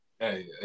Hey